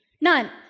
None